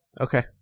Okay